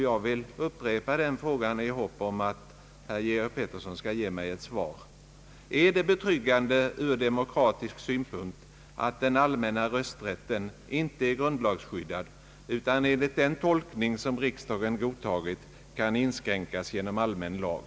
Jag vill upprepa min fråga i hopp om att herr Georg Pettersson skall ge mig ett svar. Är det betryggande ur demokratisk synpunkt att den allmänna rösträtten inte är grundlagsskyddad utan enligt den tolkning som riksdagen godtagit kan inskränkas genom allmän lag?